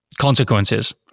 consequences